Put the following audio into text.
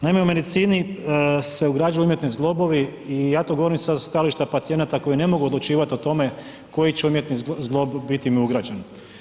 Naime, u medicini se ugrađuju umjetni zglobovi i ja to govorim sa stajališta pacijenata koji ne mogu odlučivati o tome koji će im umjetni zglob biti ugrađen.